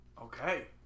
Okay